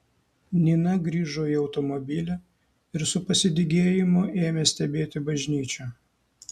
nina grįžo į automobilį ir su pasidygėjimu ėmė stebėti bažnyčią